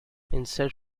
instant